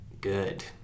good